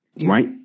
right